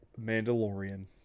Mandalorian